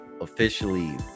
officially